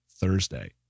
Thursday